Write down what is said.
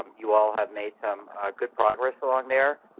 you all have made some good progress along there.